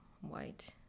white